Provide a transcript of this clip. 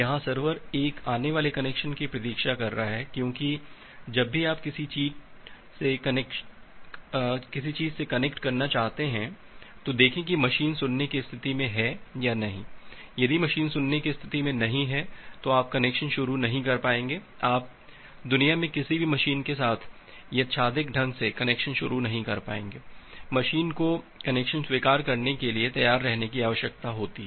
यहां सर्वर एक आने वाले कनेक्शन की प्रतीक्षा कर रहा है क्योंकि जब भी आप किसी चीज़ से कनेक्ट करना चाहते हैं तो देखें कि मशीन सुनने की स्थिति में हा या नहीं यदि मशीन सुनने की स्थिती में नहीं है तो आप कनेक्शन शुरू नहीं कर पाएंगे आप दुनिया में किसी भी मशीन के साथ यादृच्छिक ढंग से कनेक्शन शुरू नहीं कर पाएंगे मशीन को कनेक्शन स्वीकार करने के लिए तैयार रहने की आवश्यकता है